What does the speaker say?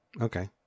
Okay